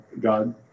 God